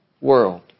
world